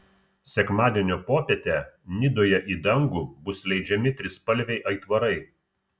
sekmadienio popietę nidoje į dangų bus leidžiami trispalviai aitvarai